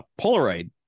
polaroid